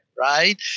right